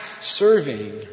serving